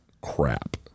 crap